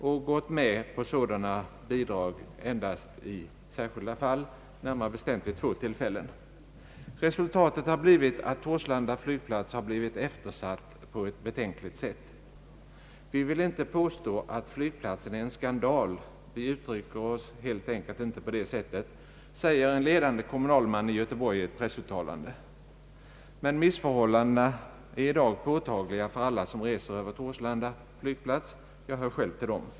Man har gått med på sådana bidrag endast i särskilda fall, närmare bestämt vid två tillfällen. Resultatet har blivit att Torslanda flygplats har eftersatts på ett betänkligt sätt. »Vi vill inte påstå att flygplatsen är en skandal, vi uttrycker oss helt enkelt inte på det sättet», säger en 1ledande kommunalman i Göteborg i ett pressuttalande. Men missförhållandena är i dag påtagliga för alla som reser över Torslanda flygplats. Jag hör själv till dem.